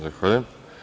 Zahvaljujem.